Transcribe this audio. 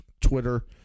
Twitter